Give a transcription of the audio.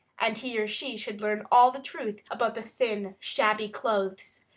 and he or she should learn all the truth about the thin, shabby clothes,